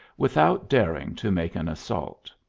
without daring to make an assault.